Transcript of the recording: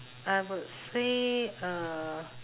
I would say uh